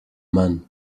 men